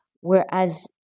Whereas